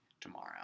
tomorrow